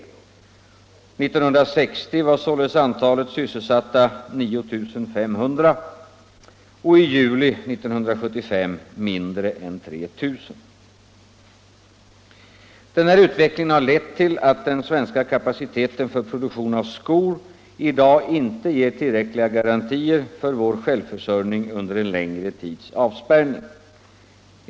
År 1960 var således antalet sysselsatta 9 500 och i juli 1975 mindre än 3 000. Denna utveckling har lett till att den svenska kapaciteten för produktion av skor i dag inte ger tillräckliga garantier för vår självförsörjning under en längre tids avspärrning.